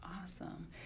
Awesome